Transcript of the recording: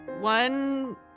one